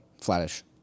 flattish